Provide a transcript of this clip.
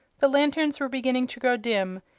the lanterns were beginning to grow dim,